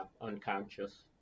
unconscious